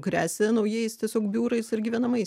gresia naujais tiesiog biurais ir gyvenamaisiais